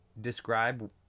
describe